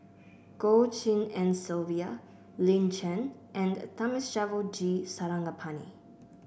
Goh Tshin En Sylvia Lin Chen and Thamizhavel G Sarangapani